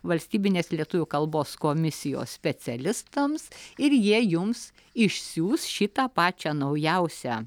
valstybinės lietuvių kalbos komisijos specialistams ir jie jums išsiųs šitą pačią naujausią